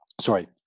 Sorry